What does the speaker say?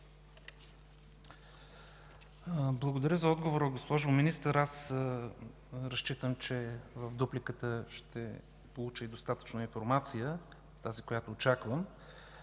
Благодаря за отговора, госпожо Министър. Разчитам, че в дупликата ще получа достатъчно информация – тази, която очаквам.